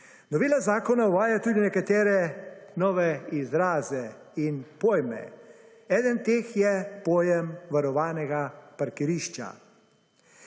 Novela zakona uvaja tudi nekatere nove izraze in pojme. Eden teh je pojem varovanega parkirišča.